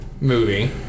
movie